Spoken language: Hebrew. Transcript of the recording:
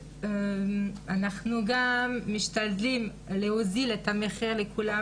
אנחנו גם משתדלים להוזיל את המחיר לכולם